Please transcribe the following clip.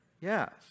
Yes